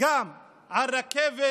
גם על רכבת